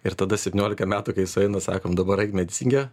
ir tada septyniolika metų kai sueina sakom dabar eik medicinkę